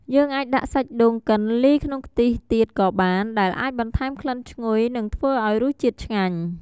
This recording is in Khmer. យើងអាចដាក់សាច់ដូងកិនលាយក្នុងខ្ទិះទៀតក៏បាន ដែលអាចបន្ថែមក្លិនឈ្ងុយ និងធ្វើឱ្យរសជាតិឆ្ងាញ់។